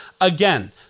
again